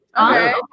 Okay